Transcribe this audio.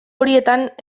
horietan